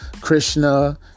Krishna